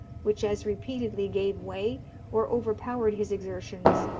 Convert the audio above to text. which as repeatedly gave way or overpowered his exertions,